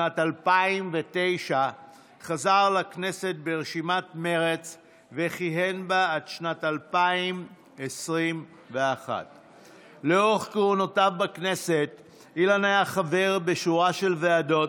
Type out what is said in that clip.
בשנת 2009 חזר לכנסת ברשימת מרצ וכיהן בה עד שנת 2021. לאורך כהונתו בכנסת אילן היה חבר בשורה של ועדות,